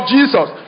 Jesus